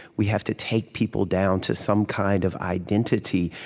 we have to take people down to some kind of identity,